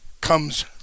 comes